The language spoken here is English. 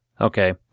Okay